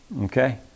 Okay